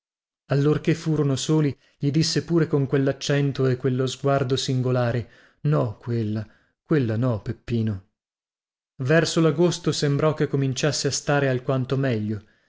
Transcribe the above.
allorchè furono soli gli disse pure con quellaccento e quello sguardo singolari no quella quella no peppino verso lagosto sembrò che cominciasse a stare alquanto meglio